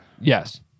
Yes